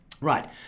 right